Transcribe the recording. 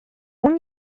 اون